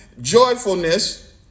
joyfulness